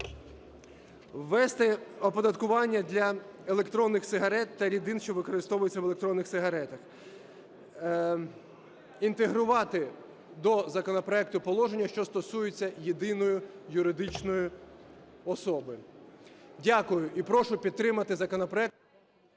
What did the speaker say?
Ввести оподаткування для електронних сигарет та рідин, що використовуються в електронних сигаретах. Інтегрувати до законопроекту положення, що стосується єдиної юридичної особи. Дякую і прошу підтримати законопроект.